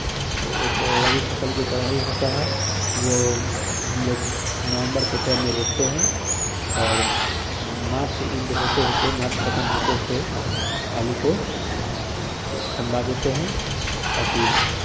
एक रबी फ़सल की तरह ही होता है वह हम लोग नवंबर के टाइम में रोपते हैं और मार्च इंड होते होते मार्च खत्म होते होते आलू को खनवा देते हैं ताकि